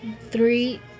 three